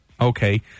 okay